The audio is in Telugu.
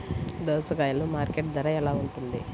దోసకాయలు మార్కెట్ ధర ఎలా ఉంటుంది?